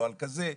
נוהל כזה,